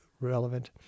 relevant